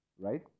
right